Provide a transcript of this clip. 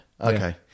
Okay